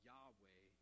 Yahweh